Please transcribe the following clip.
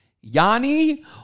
Yanni